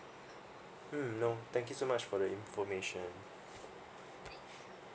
mm no thank you so much for the information